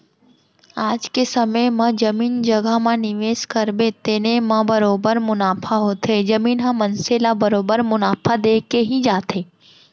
आज के समे म जमीन जघा म निवेस करबे तेने म बरोबर मुनाफा होथे, जमीन ह मनसे ल बरोबर मुनाफा देके ही जाथे